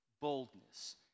boldness